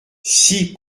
six